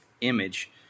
image